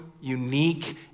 unique